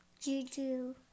Juju